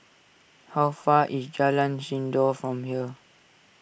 how far away is Jalan Sindor from here